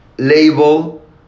label